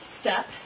step